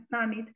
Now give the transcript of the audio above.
summit